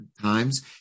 times